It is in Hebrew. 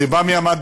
זה בא מהמדע,